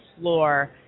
floor